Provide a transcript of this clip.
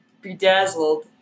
bedazzled